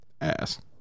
Ass